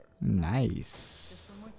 Nice